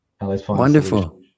Wonderful